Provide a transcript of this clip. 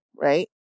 right